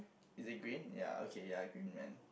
is it green ya okay ya green man